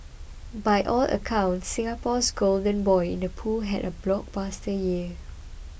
by all accounts Singapore's golden boy in the pool had a blockbuster year